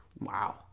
Wow